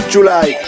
July